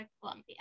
Colombia